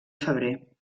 febrer